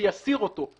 שיסיר אותו.